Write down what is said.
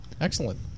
Excellent